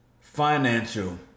financial